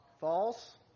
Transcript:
False